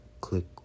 click